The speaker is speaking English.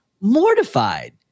mortified